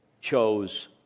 chose